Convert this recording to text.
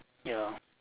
ya